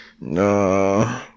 No